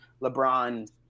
LeBron –